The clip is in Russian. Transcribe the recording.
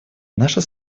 наша